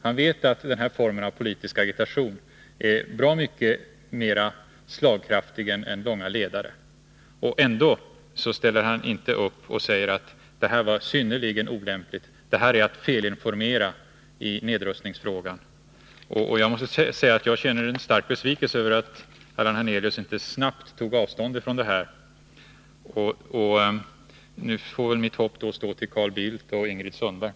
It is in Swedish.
Han vet att den här formen av politisk agitation är bra mycket mer slagkraftig än långa ledare. Ändå ställer han inte upp och säger att det här var synnerligen olämpligt; det här är att felinformera i nedrustningsfrågan. Jag måste säga att jag känner en stark besvikelse över att Allan Hernelius inte snabbt tog avstånd från denna teckning. Nu får väl mitt hopp stå till Carl Bildt och Ingrid Sundberg.